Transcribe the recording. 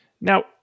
Now